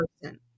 person